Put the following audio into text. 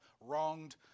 wronged